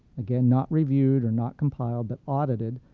again not reviewed or not compiled, but audited,